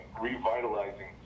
revitalizing